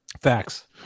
Facts